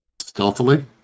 stealthily